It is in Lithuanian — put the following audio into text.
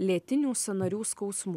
lėtinių sąnarių skausmų